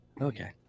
Okay